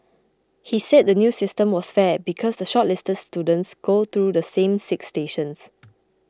he said the new system was fair because the shortlisted students go through the same six stations